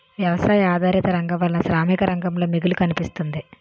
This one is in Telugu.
వ్యవసాయ ఆధారిత రంగం వలన శ్రామిక రంగంలో మిగులు కనిపిస్తుంది